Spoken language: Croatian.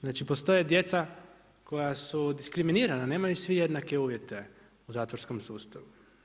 Znači, postoje djeca koja su diskriminirana nemaju svi jednake uvjete u zatvorskom sustavu.